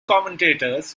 commentators